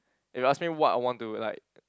if you ask me what I want to like